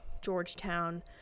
Georgetown